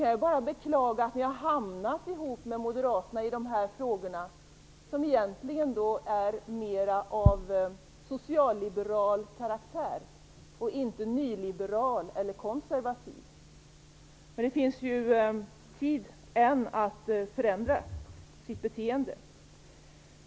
Jag kan då bara beklaga att ni har hamnat ihop med moderaterna i de här frågorna, som egentligen har mer socialliberal än nyliberal eller konservativ karaktär. Men ni har ännu tid att förändra ert beteende.